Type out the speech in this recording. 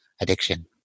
addiction